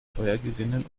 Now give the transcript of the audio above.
vorgesehenen